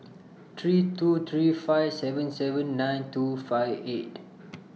three two three five seven seven nine two five eight